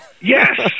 Yes